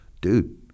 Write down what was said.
dude